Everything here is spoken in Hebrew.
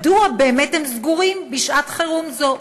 מדוע הם באמת סגורים בשעת-חירום זו?